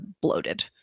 bloated